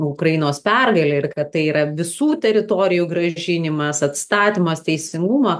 ukrainos pergalę ir kad tai yra visų teritorijų grąžinimas atstatymas teisingumo